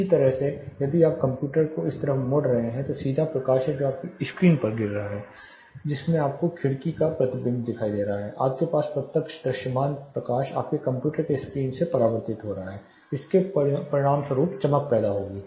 इसी तरह यदि आप कंप्यूटर को इस तरफ मोड़ रहे हैं तो एक सीधा प्रकाश है जो आपकी स्क्रीन पर गिर रहा है जिसमें आपको खिड़की का प्रतिबिंब दिखाई दे रहा है आपके पास प्रत्यक्ष दृश्यमान प्रकाश आपके कंप्यूटर स्क्रीन से परावर्तित हो रहा है इसके परिणामस्वरूप चमक पैदा होगी